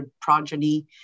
progeny